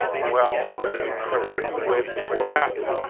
well, we can start working with before and after.